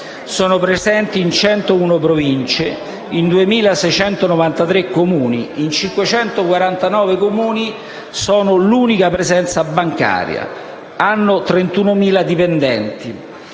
Sono presenti in 101 Province, in 2.693 Comuni; in 549 Comuni sono l'unica presenza bancaria. Hanno 31.000 dipendenti.